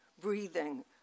breathing